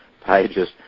pages